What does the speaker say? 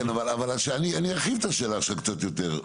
כן, אבל אני ארחיב את השאלה שלך קצת יותר.